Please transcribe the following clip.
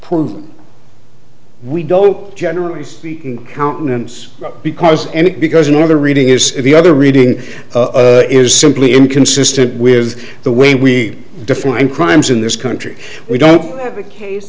poor we don't generally speaking countenance because it because another reading is the other reading is simply inconsistent with the way we define crimes in this country we don't have a case